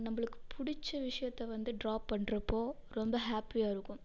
நம்பளுக்கு பிடிச்ச விஷயத்தை வந்து ட்ரா பண்ணுறப்போ ரொம்ப ஹாப்பியாக இருக்கும்